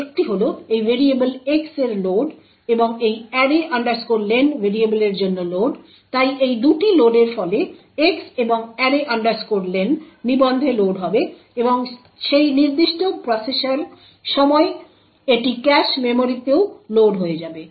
একটি হল এই ভেরিয়েবল X এর লোড এবং এই array len ভেরিয়েবলের জন্য লোড তাই এই 2টি লোডের ফলে X এবং array len নিবন্ধে লোড হবে এবং সেই নির্দিষ্ট প্রসেসের সময় এটি ক্যাশ মেমরিতেও লোড হয়ে যাবে